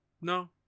No